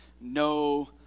no